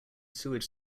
sewage